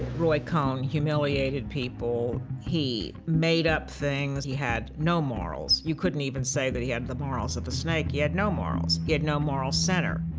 roy cohn humiliated people. he made up things. he had no morals. you couldn't even say that he had the morals of a snake. he had no morals. he had no moral center.